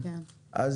אז